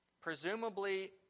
Presumably